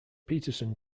petersen